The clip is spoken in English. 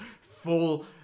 full